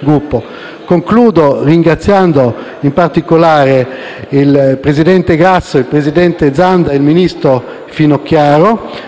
Gruppo. Concludo ringraziando, in particolare, il presidente Grasso, il presidente Zanda e il ministro Finocchiaro,